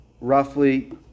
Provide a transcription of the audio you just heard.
roughly